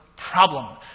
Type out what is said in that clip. problem